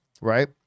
right